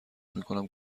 میکنم